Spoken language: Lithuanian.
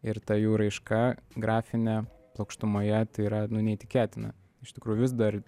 ir ta jų raiška grafinė plokštumoje tai yra nu neįtikėtina iš tikrų vis dar